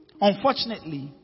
Unfortunately